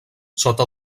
sota